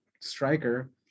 striker